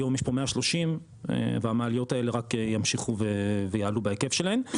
היום יש פה 130 והמעליות האלו רק ימשיכו ויעלו בהיקף שלהן.